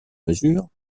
mesure